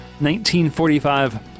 1945